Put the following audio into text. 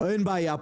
אין בעיה.